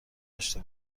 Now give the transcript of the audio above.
داشته